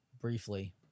briefly